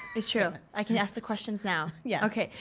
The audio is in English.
it's true. i can ask the questions now. yeah okay,